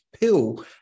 pill